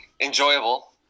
enjoyable